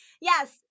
Yes